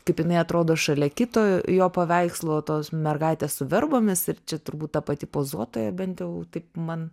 kaip jinai atrodo šalia kito jo paveikslo tos mergaitės su verbomis ir čia turbūt ta pati pozuotoja bent jau taip man